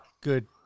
good